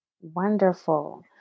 Wonderful